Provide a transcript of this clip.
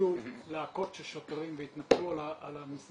הגיעו להקות של שוטרים והתנפלו על ה- --,